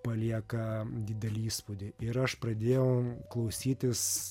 paliekam didelį įspūdį ir aš pradėjau klausytis